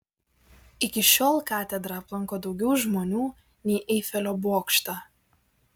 iki šiol katedrą aplanko daugiau žmonių nei eifelio bokštą